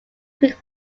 creek